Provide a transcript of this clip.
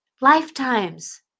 lifetimes